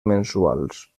mensuals